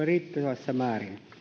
riittävässä määrin